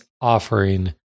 offering